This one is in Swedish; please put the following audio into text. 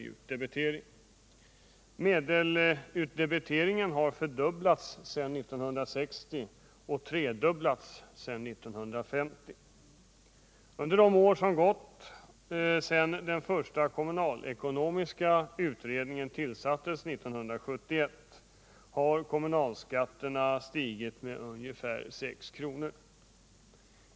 i utdebitering. Medelutdebiteringen har fördubblats sedan 1960 och tredubblats sedan 1950. Under de år som gått sedan den första kommunalekonomiska utredningen tillsattes år 1971 har kommunalskatterna stigit med ungefär 6 kr.